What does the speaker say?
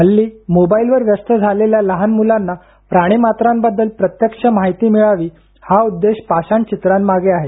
हल्ली मोबाईलवर व्यस्त झालेल्या लहान मुलांना प्राणिमात्रांबद्दल प्रत्यक्ष माहिती मिळावी हा उद्देश पाषाणचित्रांमागे आहे